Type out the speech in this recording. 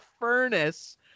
furnace